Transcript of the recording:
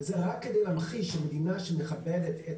זה רק כדי להמחיש מדינה שמכבדת את